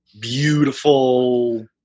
beautiful